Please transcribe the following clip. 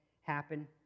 happen